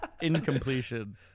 Incompletion